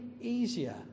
easier